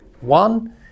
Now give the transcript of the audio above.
One